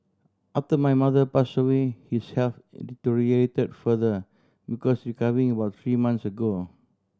after my mother passed away his health deteriorated further because recovering about three months ago